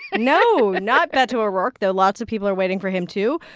ah no, not beto o'rourke, though lots of people are waiting for him to.